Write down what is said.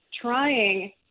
trying